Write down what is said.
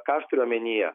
ką aš turiu omenyje